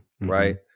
right